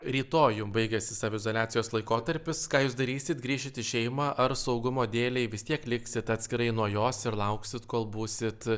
rytoj jum baigiasi saviizoliacijos laikotarpis ką jūs darysit grįšit į šeimą ar saugumo dėlei vis tiek liksit atskirai nuo jos ir lauksit kol būsit